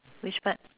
which part